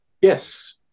Yes